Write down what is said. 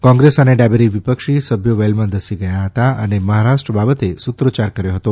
કોંગ્રેસ અને ડાબેરી વિપક્ષી સભ્યો વેલમાં ધસી ગયા હતા અને મહારાષ્ટ્ર બાબતે સુત્રોચ્યાર કર્યો હતો